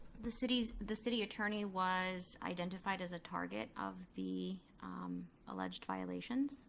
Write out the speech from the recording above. the city the city attorney was identified as a target of the alleged violations.